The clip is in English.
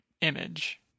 image